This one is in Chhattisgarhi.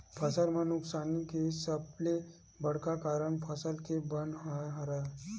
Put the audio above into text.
फसल म नुकसानी के सबले बड़का कारन फसल के बन ह हरय